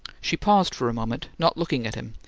she paused for a moment, not looking at him,